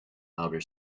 outer